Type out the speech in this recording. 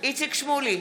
איציק שמולי,